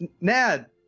Nad